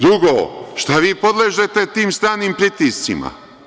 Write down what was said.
Drugo, šta vi podležete tim stranim pritiscima?